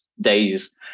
days